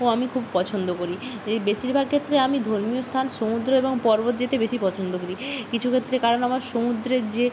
ও আমি খুব পছন্দ করি এর বেশিরভাগ ক্ষেত্রে আমি ধর্মীয় স্থান সমুদ্র এবং পর্বত যেতে বেশি পছন্দ করি কিছু ক্ষেত্রে কারণ আমার সমুদ্রের যে